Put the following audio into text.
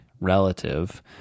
relative